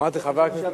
אמרתי "חבר הכנסת".